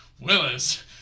Willis